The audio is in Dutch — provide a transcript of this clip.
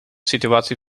situatie